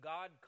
God